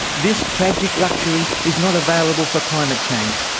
this tragic luxury is not available for climate change.